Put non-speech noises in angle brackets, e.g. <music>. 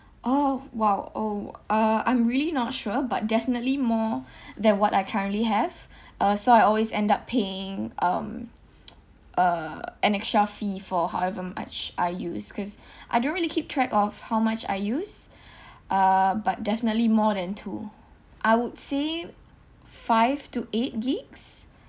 orh !wow! orh uh I'm really not sure but definitely more than what I currently have uh so I always end up paying um <noise> uh an extra fee for however much I use cause I don't really keep track of how much I use uh but definitely more than two I would say five to eight gigs